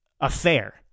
affair